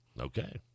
Okay